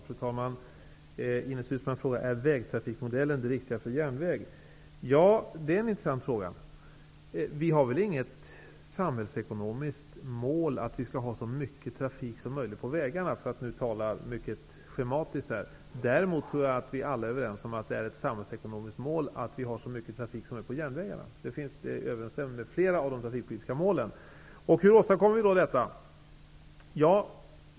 Fru talman! Ines Uusmann frågar om vägtrafikmodellen är det riktiga för järnvägen. Det är en intressant fråga. Vi har väl inget samhällsekonomiskt mål som går ut på att vi skall ha så mycket trafik som möjligt på vägarna, för att nu tala mycket schematiskt. Däremot tror jag att vi alla är överens om att det är ett samhällsekonomiskt mål att vi har så mycket trafik som möjligt på järnvägarna. Det överensstämmer med flera av de trafikpolitiska målen. Hur åstadkommer vi då detta?